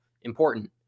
Important